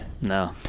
No